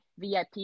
VIP